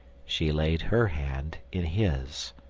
she laid her hand in his.